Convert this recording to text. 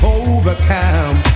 overcome